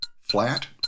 Flat